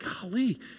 golly